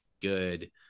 good